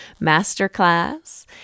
masterclass